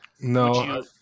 No